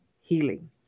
healing